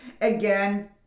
again